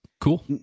Cool